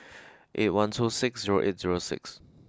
eight one two six zero eight zero six